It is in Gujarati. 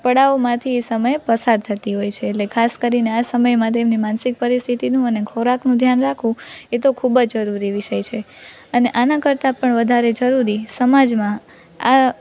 પડાવમાંથી એ સમયે પસાર થતી હોય છે એટલે ખાસ કરીને આ સમયમાં તેમની માનસિક પરિસ્થિતિનું અને ખોરાકનું ધ્યાન રાખવું એ તો ખૂબ જ જરૂરી વિષય છે અને આના કરતાં પણ વધારે જરૂરી સમાજમાં આ